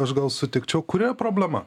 aš gal sutikčiau kuria problema